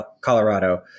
Colorado